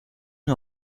nur